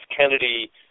Kennedy